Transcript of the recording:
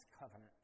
covenant